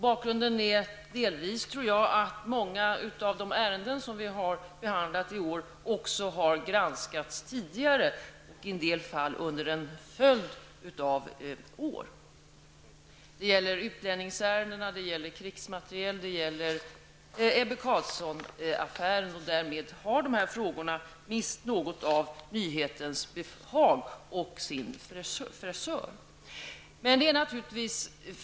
Bakgrunden är delvis, tror jag, att många av de ärenden som vi har behandlat i år också har granskats tidigare under en följd av år. Det gäller utlänningsärenden, krigsmateriel och Ebbe Carlsson-affären, och därmed har dessa frågor mist något av nyhetens behag och fräschör.